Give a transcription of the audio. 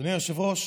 אדוני היושב-ראש,